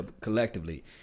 collectively